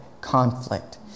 conflict